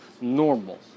normal